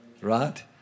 right